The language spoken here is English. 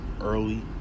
early